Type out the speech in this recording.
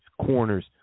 corners